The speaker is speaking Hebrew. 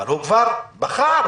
אבל הוא כבר בחר,